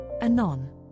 Anon